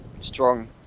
strong